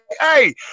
hey